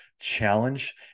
challenge